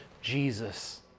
Jesus